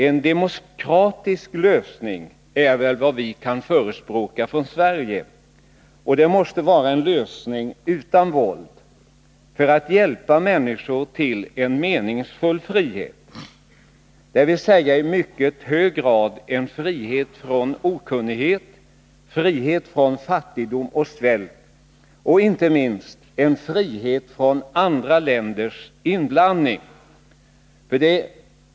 En demokratisk lösning är väl vad man kan förespråka från Sverige. Och det måste vara en lösning utan våld, för att hjälpa människorna tillen meningsfull frihet, dvs. i mycket hög grad en frihet från okunnighet, en frihet från fattigdom och svält och inte minst en frihet från andra länders inblandning.